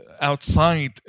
outside